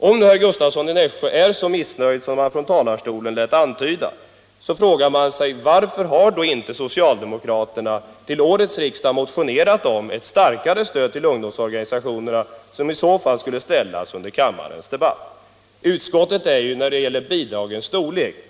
Om herr Gustavsson är så missnöjd som han lät antyda från talarstolen kan man fråga sig: Varför har inte socialdemokraterna till årets riksdag motionerat om ett starkare stöd till ungdomsorganisationerna? Det är ett krav som vi i så fall hade kunnat debattera här i kammaren. Utskottet är ju totalt enigt när det gäller bidragens storlek.